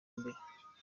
mbere